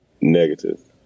Negative